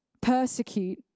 persecute